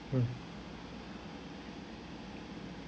mm